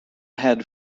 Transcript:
had